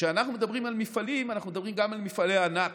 כשאנחנו מדברים על מפעלים אנחנו מדברים גם על מפעלי ענק,